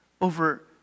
over